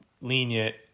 lenient